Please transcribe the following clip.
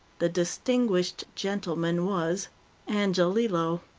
the distinguished gentleman was angiolillo.